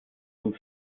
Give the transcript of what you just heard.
zum